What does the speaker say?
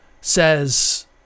says